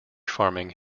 farming